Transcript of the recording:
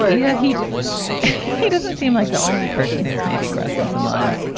um yeah. he he doesn't seem like the only person who's maybe crossing some lines.